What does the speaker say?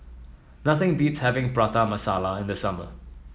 nothing beats having Prata Masala in the summer